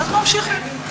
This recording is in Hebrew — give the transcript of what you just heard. אז ממשיכים.